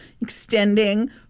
extending